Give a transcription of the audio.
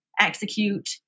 execute